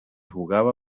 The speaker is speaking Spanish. jugaba